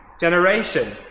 generation